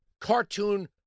cartoon